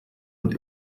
und